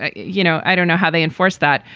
ah you know, i don't know how they enforce that,